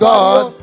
God